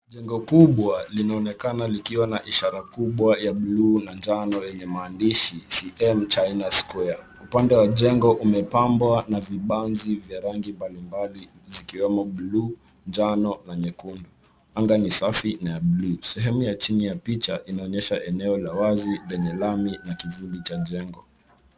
Jengo kubwa linaonekana likiwa na ishara kubwa ya bluu na njano lenye maandishi CM China Square . Upande wa jengo umepambwa na vibanzi vya rangi mbali mbali, zikiwemo: bluu, njano na nyekundu. Anga ni safi na ya bluu. Sehemu ya chini ya picha inaonyesha eneo la wazi lenye lami na kivuli cha jengo.